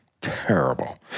terrible